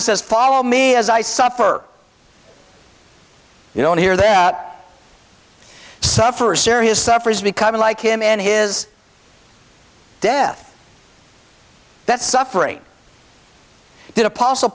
says follow me as i suffer you don't hear that suffer serious suffers becoming like him and his death that's suffering did apostle